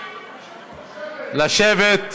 לשבת.